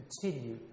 continue